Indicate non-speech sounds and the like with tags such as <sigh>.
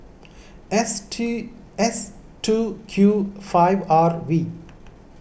S <unintelligible> S two Q five R V